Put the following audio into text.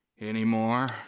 anymore